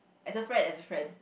as a friend as a friend